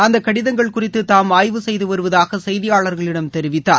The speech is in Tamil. அந்தக் கடிதங்கள் குறித்து தாம் ஆய்வு செய்து வருவதாக செய்தியாளர்களிடம் தெரிவித்தார்